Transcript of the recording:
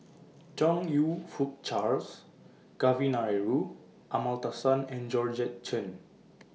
Chong YOU Fook Charles Kavignareru Amallathasan and Georgette Chen